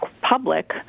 public